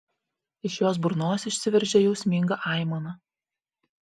iš jos burnos išsiveržė jausminga aimana